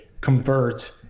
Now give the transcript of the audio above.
convert